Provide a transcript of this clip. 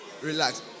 relax